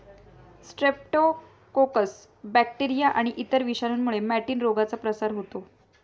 Streptococcus bacteria आणि इतर विषाणूंमुळे मॅटिन रोगाचा प्रसार होतो